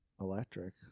electric